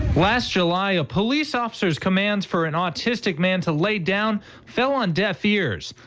last july a police officer's demands for an autistic man to lay down fell on deafeers.